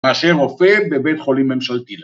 ‫מאשר רופא בבית חולים ממשלתי.